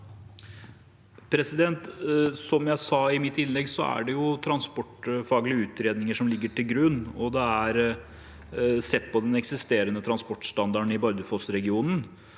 Som jeg sa i mitt innlegg, er det transportfaglige utredninger som ligger til grunn, og det er sett på den eksisterende transportstandarden i Bardufossregionen.